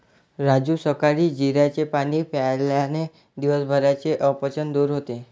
राजू सकाळी जिऱ्याचे पाणी प्यायल्याने दिवसभराचे अपचन दूर होते